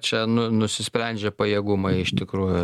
čia nu nusisprendžia pajėgumai iš tikrųjų